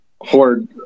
hoard